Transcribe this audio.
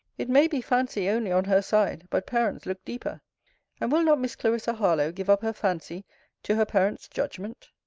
it may be fancy only on her side but parents look deeper and will not miss clarissa harlowe give up her fancy to her parents' judgment?